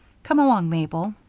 come along, mabel.